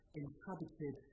inhabited